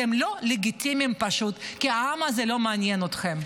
אתם לא לגיטימיים כי העם הזה לא מעניין אתכם.